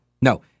No